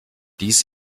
dies